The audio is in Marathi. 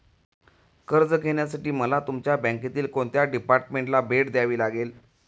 कर्ज घेण्यासाठी मला तुमच्या बँकेतील कोणत्या डिपार्टमेंटला भेट द्यावी लागेल?